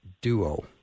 duo